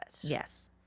Yes